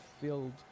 filled